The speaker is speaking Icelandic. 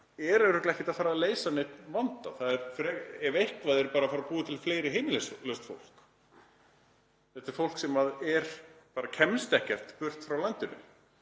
er örugglega ekki að fara að leysa neinn vanda. Það er ef eitthvað er bara að fara að búa til fleira heimilislaust fólk. Þetta er fólk sem kemst ekkert burt frá landinu.